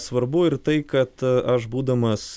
svarbu ir tai kad aš būdamas